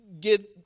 get